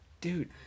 dude